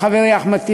חברי אחמד טיבי?